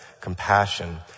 compassion